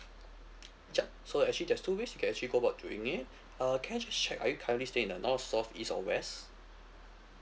yup so actually there's two ways you can actually go about doing it uh can I just check are you currently staying in the north south east or west